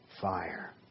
fire